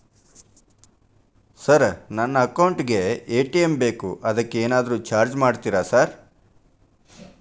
Sir ನನ್ನ account ಗೇ ATM ಬೇಕು ಅದಕ್ಕ ಏನಾದ್ರು ಚಾರ್ಜ್ ಮಾಡ್ತೇರಾ ಸರ್?